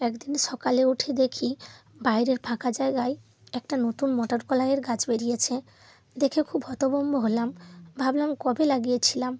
একদিন সকালে উঠে দেখি বাইরের ফাঁকা জায়গায় একটা নতুন মটর কলাইয়ের গাছ বেরিয়েছে দেখে খুব হতভম্ব হলাম ভাবলাম কবে লাগিয়েছিলাম